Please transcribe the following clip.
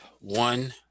one